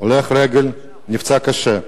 הולך רגל נפצע קשה,